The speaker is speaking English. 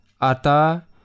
Ata